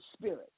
spirit